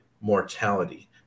mortality